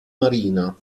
marina